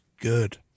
good